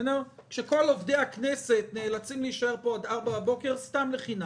כשכל עובדי הכנסת נאלצים להישאר פה עד 4 בבוקר סתם לחינם.